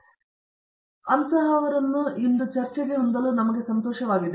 ಆದ್ದರಿಂದ ಇಂದು ನಮ್ಮೊಂದಿಗೆ ಅವಳನ್ನು ಚರ್ಚೆಗೆ ಹೊಂದಲು ನಮಗೆ ಸಂತೋಷವಾಗಿದೆ